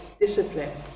discipline